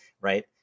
Right